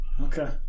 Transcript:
Okay